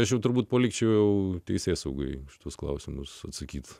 aš jau turbūt palikčiau teisėsaugai už tuos klausimus atsakyti